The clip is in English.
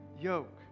yoke